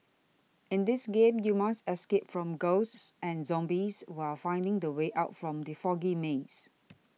in this game you must escape from ghosts and zombies while finding the way out from the foggy maze